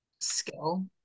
skill